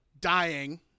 dying